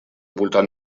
voltant